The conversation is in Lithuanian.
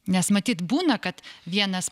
nes matyt būna kad vienas